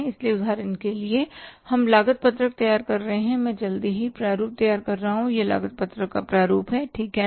इसलिए उदाहरण के लिए हम लागत पत्रक तैयार कर रहे हैं मैं जल्दी से प्रारूप तैयार कर रहा हूं यह लागत पत्रक का प्रारूप है ठीक है ना